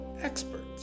experts